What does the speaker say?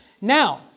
Now